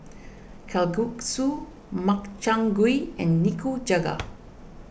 Kalguksu Makchang Gui and Nikujaga